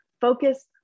focus